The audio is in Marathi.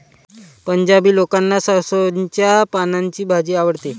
पंजाबी लोकांना सरसोंच्या पानांची भाजी आवडते